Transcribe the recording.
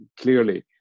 clearly